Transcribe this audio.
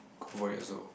go for it also